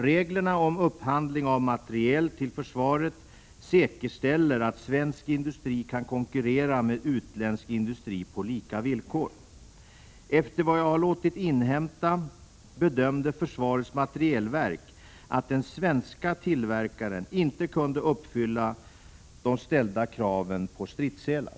Reglerna om upphandling av materiel till försvaret säkerställer att svensk industri kan konkurrera med utländsk industri på lika villkor. Efter vad jag har låtit inhämta bedömde försvarets materielverk att den svenska tillverkaren inte kunde uppfylla de ställda kraven på stridsselar.